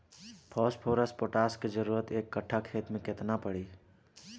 Phosphorus potash के जरूरत एक कट्ठा खेत मे केतना पड़ी?